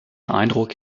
eindruck